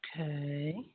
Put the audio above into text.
Okay